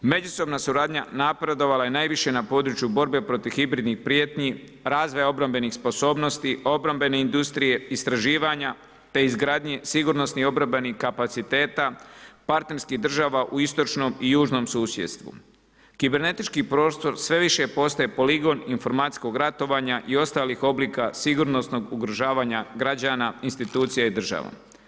Međusobna suradnja napredovala je najviše na području borbe protiv hibridnih prijetnji, razvoja obrambenih sposobnosti, obrambene industrije, istraživanja, te izgradnji sigurnosnih obrambenih kapaciteta partnerskih država u istočnom i južnom susjedstvu. kibernetički prostor sve više postaje poligon informatskog ratovanja i ostalih oblika sigurnosnog ugrožavanja građana institucija i država.